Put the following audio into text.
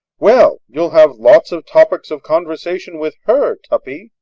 well, you'll have lots of topics of conversation with her, tuppy.